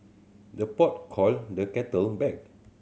the pot call the kettle black